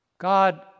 God